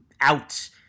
out